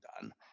done